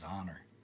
honor